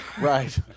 Right